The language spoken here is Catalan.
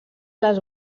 les